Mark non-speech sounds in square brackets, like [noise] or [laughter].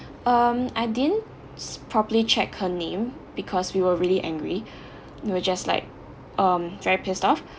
um I didn't properly check her name because we were really angry [breath] you know just like um it's very pissed off